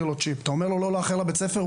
אתה אומר לו לא לאחר לבית הספר,